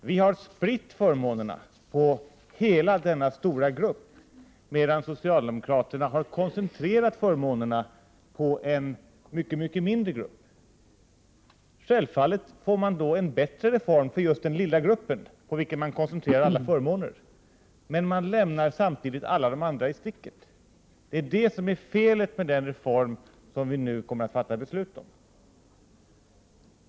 Vi har spritt förmånerna på hela denna stora grupp, medan socialdemokraterna har koncentrerat förmånerna på en mycket mycket mindre grupp. Självfallet får man med det socialdemokratiska förslaget en bättre reform för den lilla gruppen på vilken man koncentrerar alla förmåner, men man lämnar alla de andra i sticket. Det är det som är felet med den reform som vi nu kommer att fatta beslut om.